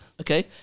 Okay